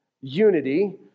unity